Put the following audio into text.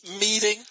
meeting